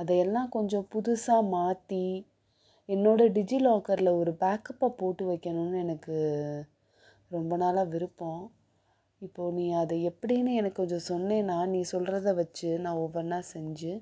அதை எல்லாம் கொஞ்சம் புதுசாக மாற்றி என்னோட டிஜிலாக்கரில் ஒரு பேக்கப்பாக போட்டு வைக்கணும்னு எனக்கு ரொம்ப நாளாக விருப்பம் இப்போது நீ அதை எப்படின்னு எனக்கு கொஞ்சம் சொன்னேனா நீ சொல்கிறத வெச்சி நான் ஒவ்வொன்னாக செஞ்சு